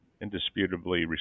indisputably